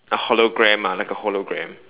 a hologram ah like a hologram